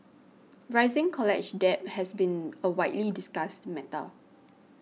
rising college debt has been a widely discussed matter